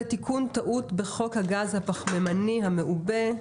תיקון טעות בחוק הגז הפחמימני המעובה,